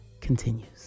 continues